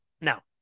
now